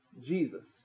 Jesus